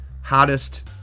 hottest